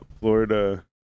Florida